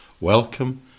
Welcome